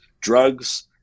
drugs